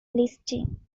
listing